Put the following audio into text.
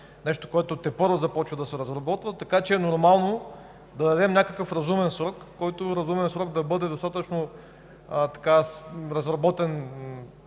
нещо, което тепърва започва да се разработва. Така че е нормално да дадем някакъв разумен срок, който да бъде разработен